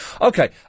Okay